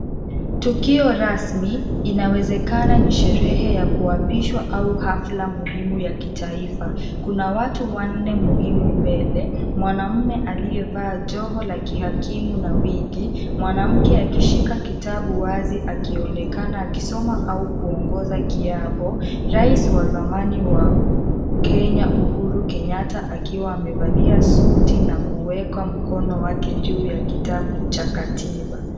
Tukio rasmi, inawezekana ni sherehe ya kuapishwa au hafla muhimu ya kitaifa. Kuna watu wanne muhimu mbele, mwanamume aliyevaa joho la kihakimu na wigi, mwanamke akishika kitabu wazi akionekana akisoma au kuongoza kiapo, rais wa zamani wa Kenya Uhuru kenyatta akiwa amevalia suti na kuweka mkono wake juu ya kitabu cha katiba.